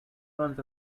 runs